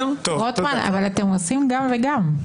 רוטמן, אבל אתם עושים גם וגם.